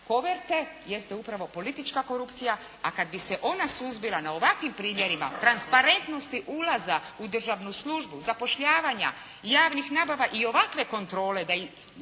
koverte jeste upravo politička korupcija, a kada bi se ona suzbila na ovakvim primjerima transparentnosti ulaza u državnu službu, zapošljavanja, javnih nabava i ovakve kontrole jer